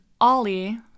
Ollie